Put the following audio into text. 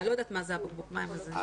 אני לא יודעת מה זה בקבוק המים הזה.